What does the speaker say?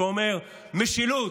שאומר "משילות"